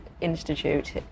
institute